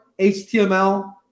HTML